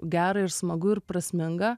gera ir smagu ir prasminga